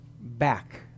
back